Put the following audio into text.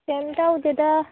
ꯀꯔꯤꯝ ꯇꯧꯗꯦꯗ